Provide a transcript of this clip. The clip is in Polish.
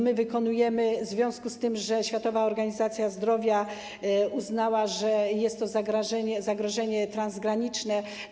My wykonujemy to w związku z tym, że Światowa Organizacja Zdrowia uznała, że jest to zagrożenie transgraniczne.